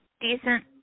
Decent